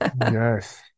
Yes